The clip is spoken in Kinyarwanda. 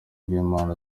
bw’imana